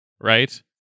right